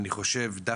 במקביל,